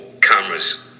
cameras